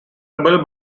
rebel